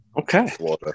Okay